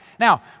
Now